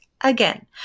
again